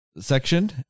section